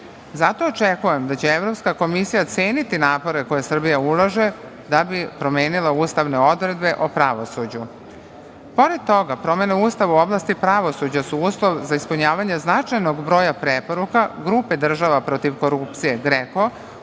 Zato, očekujem da će Evropska komisija ceniti napore koje Srbija ulaže da bi promenila ustavne odredbe o pravosuđu. Pored toga, promene Ustava u oblasti pravosuđa su uslov za ispunjavanje značajnog broja preporuka grupe država protiv korupcije, GREKO,